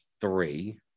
three